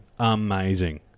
Amazing